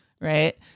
right